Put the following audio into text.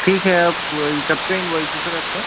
ठीक है अब कब का इनवाईस है सर आपका